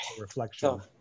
reflection